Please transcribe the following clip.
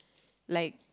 like